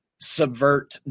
subvert